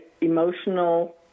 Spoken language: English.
emotional